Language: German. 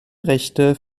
rechte